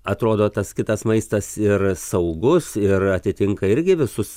atrodo tas kitas maistas ir saugus ir atitinka irgi visus